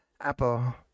Apple